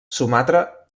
sumatra